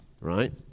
right